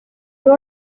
you